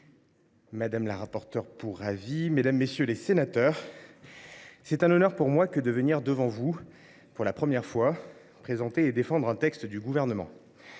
madame la rapporteure pour avis, mesdames, messieurs les sénateurs, c’est un honneur pour moi de venir devant vous, pour la première fois, présenter et défendre un texte du Gouvernement.